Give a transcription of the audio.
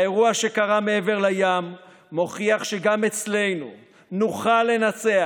האירוע שקרה מעבר לים מוכיח שגם אצלנו נוכל לנצח,